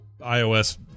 ios